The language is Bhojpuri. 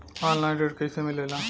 ऑनलाइन ऋण कैसे मिले ला?